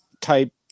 type